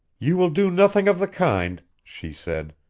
you will do nothing of the kind, she said.